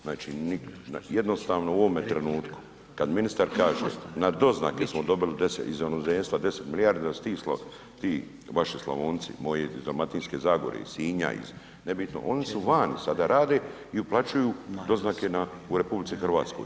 Znači jednostavno u ovome trenutku kada ministar kaže na doznake smo dobili iz inozemstva 10 milijardi da ... ti vaši Slavonci, moji iz Dalmatinske zagore, iz Sinja, nebitno, oni su vani sada rade i uplaćuju doznake u RH.